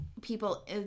people